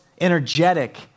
energetic